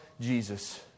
Jesus